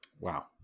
Wow